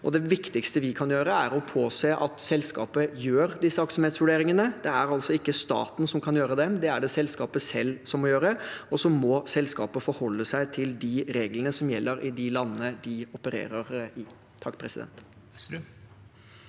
det viktigste vi kan gjøre, er å påse at selskapet gjør disse aktsomhetsvurderingene. Det er altså ikke staten som kan gjøre dem, det er det selskapet selv som må gjøre, og så må selskapet forholde seg til de reglene som gjelder i de landene de opererer i. Stine Westrum